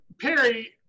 Perry